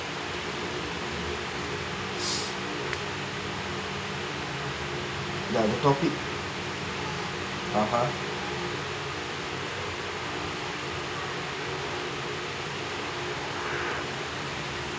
!wow! the topic (uh huh)